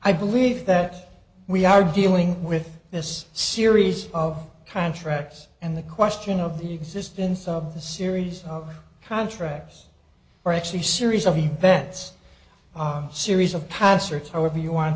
i believe that we are dealing with this series of contracts and the question of the existence of the series contractors are actually series of events series of paths or however you want